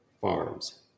farms